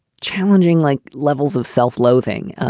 challenging, like levels of self-loathing.